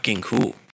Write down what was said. cool